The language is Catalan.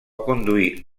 conduir